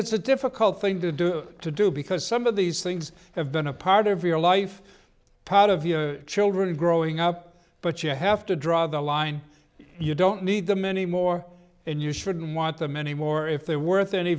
it's a difficult thing to do to do because some of these things have been a part of your life part of your children growing up but you have to draw the line you don't need them anymore and you shouldn't want them anymore if they're worth any